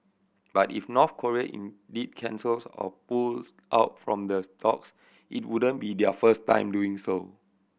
but if North Korea indeed cancels or pulls out from the stalks it wouldn't be their first time doing so